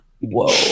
Whoa